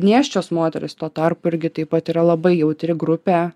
nėščios moterys tuo tarpu irgi taip pat yra labai jautri grupė